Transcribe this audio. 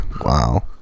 Wow